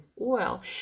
oil